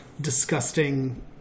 disgusting